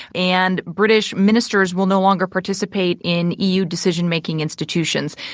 and british ministers will no longer participate in eu decision making institutions.